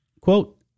Quote